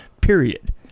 period